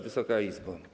Wysoka Izbo!